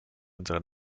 unserer